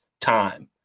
time